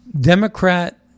Democrat